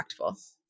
impactful